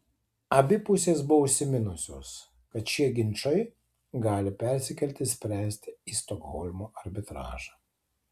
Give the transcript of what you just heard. abi pusės buvo užsiminusios kad šie ginčai gali persikelti spręsti į stokholmo arbitražą